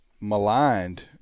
maligned